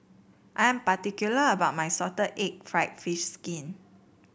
I am particular about my Salted Egg fried fish skin